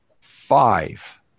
five